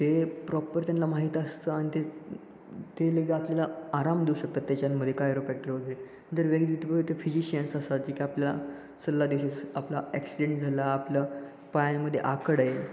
ते प्रॉपर त्यांना माहीत असतं आणि ते लेगे आपल्याला आराम देऊ शकतात त्याच्यांमध्ये कायरोपॅक्टर वगैरे फिजिशियन्स असतात जे काय आपला सल्ला देऊ शक आपला ॲक्सिडेंट झाला आपला पायांमध्ये आकड आहे